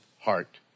heart